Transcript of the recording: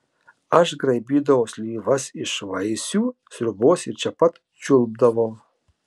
aš graibydavau slyvas iš vaisių sriubos ir čia pat čiulpdavau